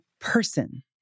person